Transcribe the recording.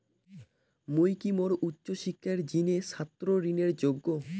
মুই কি মোর উচ্চ শিক্ষার জিনে ছাত্র ঋণের যোগ্য?